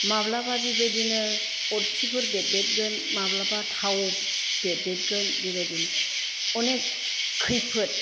माब्लाबा बेबायदिनो अदखिफोर बेददेथगोन माब्लाबा थाव बेददेथगोन बेबायदिनो अनेक खैफोद